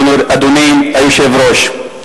אדוני היושב-ראש,